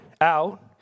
out